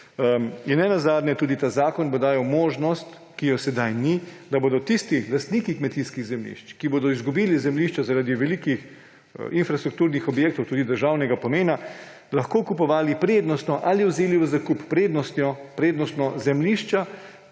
Ne nazadnje bo ta zakon dajal tudi možnost, ki je sedaj ni, da bodo tisti lastniki kmetijskih zemljišč, ki bodo izgubili zemljišča zaradi velikih infrastrukturnih objektov, tudi državnega pomena, lahko kupovali prednostno ali prednostno vzeli